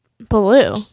Blue